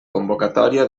convocatòria